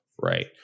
right